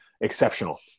exceptional